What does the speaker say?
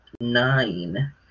nine